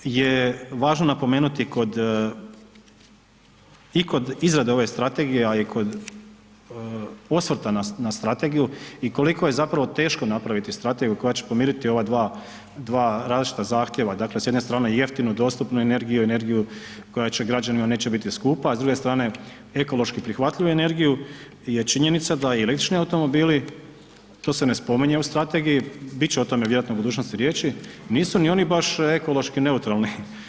Ono što je važno napomenuti kod i kod izrade ove strategije, a i kod osvrta na strategiju i koliko je zapravo teško napraviti strategiju koja će pomiriti ova dva, dva različita zahtjeva, dakle s jedne strane jeftinu i dostupnu energiju i energiju koja će građanima neće biti skupa, a s druge strane ekološki prihvatljivu energiju je činjenica da i električni automobili, to se ne spominje u strategiji, bit će o tome vjerojatno u budućnosti riječi, nisu ni oni baš ekološki neutralni.